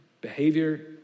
behavior